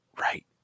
Right